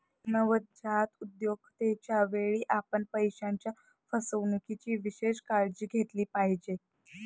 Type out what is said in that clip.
नवजात उद्योजकतेच्या वेळी, आपण पैशाच्या फसवणुकीची विशेष काळजी घेतली पाहिजे